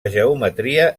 geometria